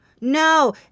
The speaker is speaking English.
No